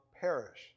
perish